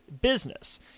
business